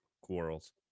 quarrels